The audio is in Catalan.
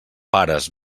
pares